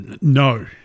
no